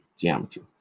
geometry